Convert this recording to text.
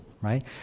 right